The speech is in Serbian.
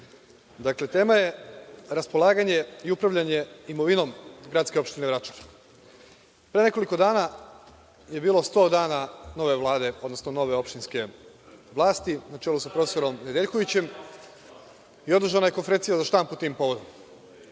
tema. Tema je raspolaganje i upravljanje imovinom gradske opštine Vračar. Pre nekoliko dana je bilo 100 dana nove opštinske vlasti na čelu sa prof. Nedeljkovićem i održana je konferencija za štampu tim povodom. Na